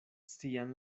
sian